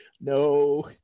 no